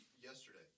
yesterday